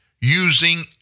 using